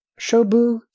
shobu